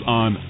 on